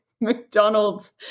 McDonald's